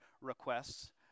requests